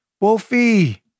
Wolfie